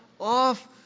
off